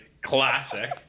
classic